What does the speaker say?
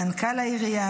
מנכ"ל העירייה,